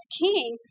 king